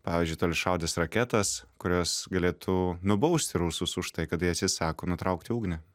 pavyzdžiui toliašaudes raketas kurios galėtų nubausti rusus už tai kad jie atsisako nutraukti ugnį